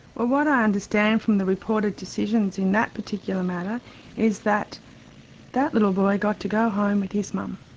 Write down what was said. well, what i understand from the report of decisions in that particular matter is that that little boy got to go home with his mum.